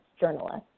journalists